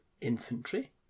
infantry